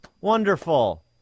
Wonderful